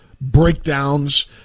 breakdowns